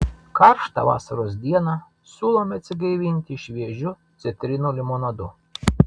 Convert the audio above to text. karštą vasaros dieną siūlome atsigaivinti šviežiu citrinų limonadu